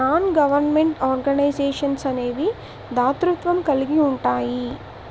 non government organisations అనేవి దాతృత్వం కలిగి ఉంటాయి